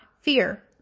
fear